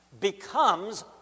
becomes